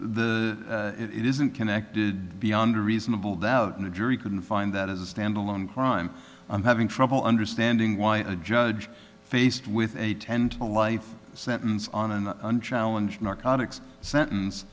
the it isn't connected beyond reasonable doubt in a jury couldn't find that as a stand alone crime i'm having trouble understanding why a judge faced with a tent a life sentence on an unchallenged narcotics sentence